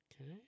Okay